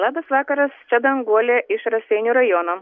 labas vakaras čia danguolė iš raseinių rajono